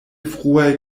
fruaj